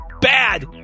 Bad